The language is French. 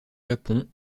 japon